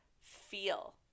feel